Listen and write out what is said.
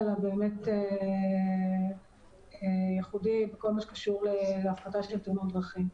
הבאמת ייחודי בכל מה שקשור להפחתה של תאונות הדרכים.